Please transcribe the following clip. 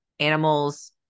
animals